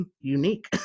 unique